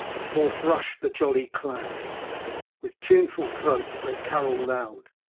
forth rush the jolly clan with tuneful throats they carol loud,